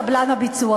קבלן הביצוע שלו.